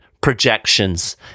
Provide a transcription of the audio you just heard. projections